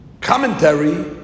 commentary